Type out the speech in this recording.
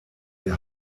der